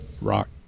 Rock